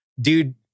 dude